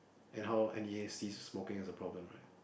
and how N_E_A sees smoking as a problem